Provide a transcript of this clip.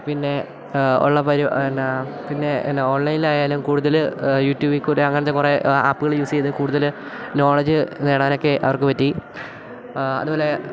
പിന്നെ ഉള്ള എന്നാൽ പിന്നെ എന്ന ഓൺലൈൻൽ ആയാലും കൂടുതൽ യൂറ്റൂബിൽക്കൂടെ അങ്ങനെത്തെ കുറേ ആപ്പ്കൾ യൂസ് ചെയ്ത് കൂടുതൽ നോളേജ് നേടാനൊക്കെ അവർക്ക് പറ്റി അതുപോലെ